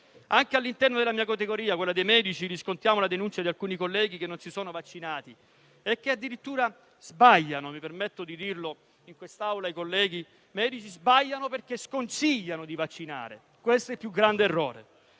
Anche all'interno della mia categoria, quella dei medici, riscontriamo la denuncia di alcuni colleghi che non si sono vaccinati e che addirittura sbagliano - mi permetto di dirlo in quest'Aula ai colleghi - perché sconsigliano di vaccinare: questo è il più grande errore.